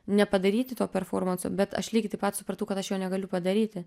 nepadaryti to performanso bet aš lygiai taip pat supratau kad aš jo negaliu padaryti